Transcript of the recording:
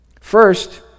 First